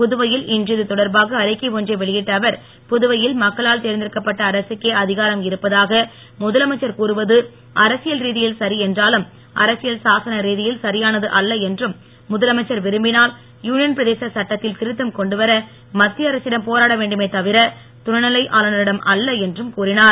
புதுவையில் இன்று இதுதொடர்பாக அறிக்கை ஒன்றை வெளியிட்ட அவர் புதுவையில் மக்களால் தேர்ந்தெடுக்கப்பட்ட அரசுக்கே அதிகாரம் இருப்பதாக முதலமைச்சர் கூறுவது அரசியல் ரீதியில் சரி என்ரூலும் அரசியல் சாசன ரீதியில் சரியானதல்ல என்றும் முதலமைச்சர் விரும்பிஞல் யூனியன் பிரதேச சட்டத்தில் திருத்தம் கொண்டுவர மத்திய அரசிடம் போராட வேண்டுமே தவிர துணைநிலை ஆளுனரிடம் அல்ல என்றும் கூறினர்